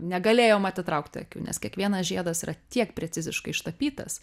negalėjom atitraukti akių nes kiekvienas žiedas yra tiek preciziškai ištapytas